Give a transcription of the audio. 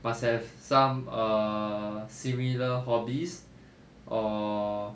must have some err similar hobbies or